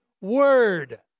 word